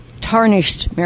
tarnished